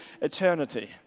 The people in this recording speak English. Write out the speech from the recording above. eternity